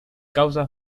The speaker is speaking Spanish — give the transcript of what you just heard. causa